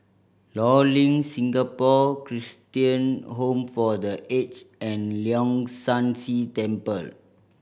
Law Link Singapore Christian Home for The Aged and Leong San See Temple